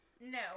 no